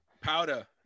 powder